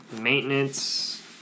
Maintenance